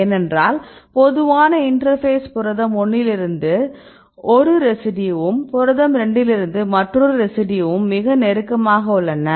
ஏனென்றால் பொதுவான interface புரதம் 1 இலிருந்து ஒரு ரெசிடியூவும் புரதம் 2 இலிருந்து மற்றொரு ரெசிடியூவும் மிக நெருக்கமாக உள்ளன